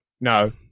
no